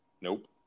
Nope